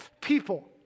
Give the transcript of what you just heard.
people